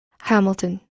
Hamilton